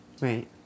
Right